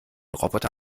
roboter